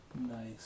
Nice